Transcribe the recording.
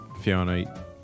Fiona